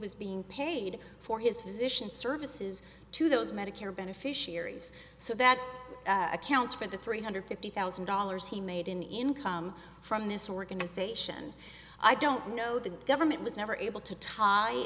was being paid for his physician services to those medicare beneficiaries so that accounts for the three hundred fifty thousand dollars he made an income from this organization i don't know the government was never able to tie